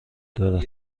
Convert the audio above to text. دارد